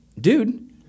dude